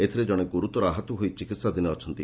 ଏଥିରେ ଜଣେ ଗୁରୁତର ଆହତ ହୋଇ ଚିକିହାଧୀନ ଅଛନ୍ତି